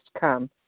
come